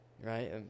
right